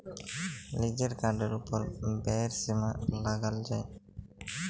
লিজের কার্ডের ওপর ব্যয়ের সীমা লাগাল যায়